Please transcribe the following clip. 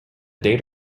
date